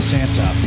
Santa